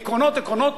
עקרונות, עקרונות.